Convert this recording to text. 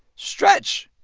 stretch,